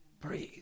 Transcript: Breathe